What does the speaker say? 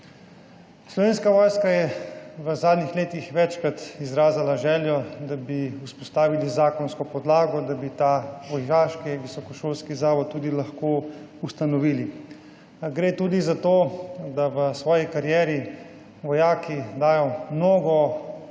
Slovenska vojska je v zadnjih letih večkrat izrazila željo, da bi vzpostavili zakonsko podlago, da bi ta vojaški visokošolski zavod lahko tudi ustanovili. Gre tudi za to, da se v svoji karieri vojaki [udeležijo] mnogo